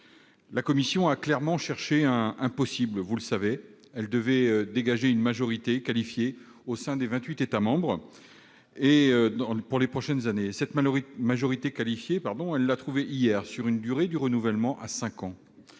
le savez, a clairement cherché un possible. Elle devait dégager une majorité qualifiée au sein des vingt-huit États membres pour les prochaines années. Cette majorité qualifiée, elle l'a trouvée hier sur la durée du renouvellement de